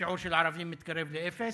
שהשיעור של הערבים בהן מתקרב לאפס.